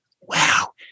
Wow